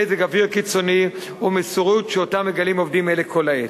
מזג אוויר קיצוני ומסירות שאותה מגלים עובדים אלה כל העת.